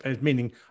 meaning